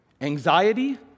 Anxiety